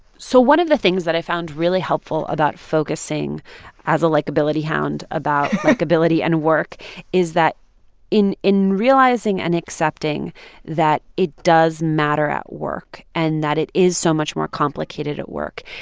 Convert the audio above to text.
so one of the things that i found really helpful about focusing as a likeability hound about likeability and work is that in in realizing and accepting that it does matter at work and that it is so much more complicated at work,